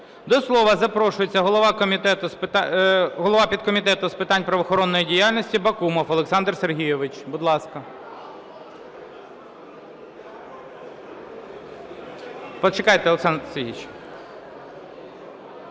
До слова запрошується голова підкомітету з питань правоохоронної діяльності Бакумов Олександр Сергійович,